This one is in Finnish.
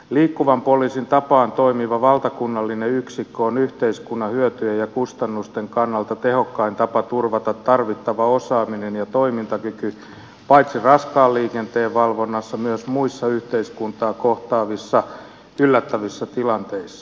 liikkuvan poliisin tapaan toimiva valtakunnallinen yksikkö on yhteiskunnan hyötyjen ja kustannusten kannalta tehokkain tapa turvata tarvittava osaaminen ja toimintakyky paitsi raskaan liikenteen valvonnassa myös muissa yhteiskuntaa kohtaavissa yllättävissä tilanteissa